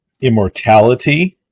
Immortality